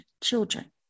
children